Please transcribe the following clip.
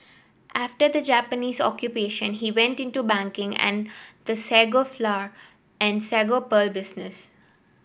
after the Japanese Occupation he went into banking and the sago flour and sago pearl business